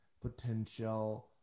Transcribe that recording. potential